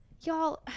y'all